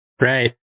Right